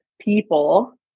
people